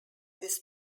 this